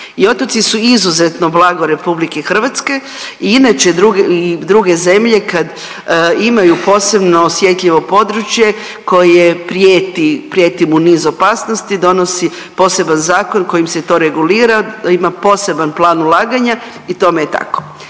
I otoci su izuzetno blago RH i inače druge zemlje kad imaju posebno osjetljivo područje kojem prijeti, prijeti mu niz opasnosti donosi poseban zakon kojim se to regulira, ima poseban plan ulaganja i tome je tako.